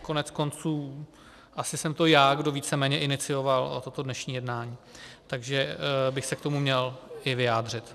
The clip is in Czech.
Koneckonců asi jsem to já, kdo víceméně inicioval toto dnešní jednání, takže bych se k tomu měl i vyjádřit.